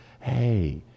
Hey